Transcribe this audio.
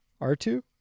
R2